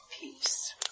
peace